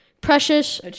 Precious